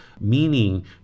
meaning